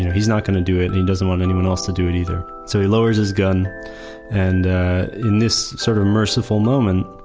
he's not going to do and he doesn't want anyone else to do it either. so he lowers his gun and in this sort of merciful moment.